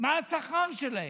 מה השכר שלהן.